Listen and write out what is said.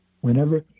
Whenever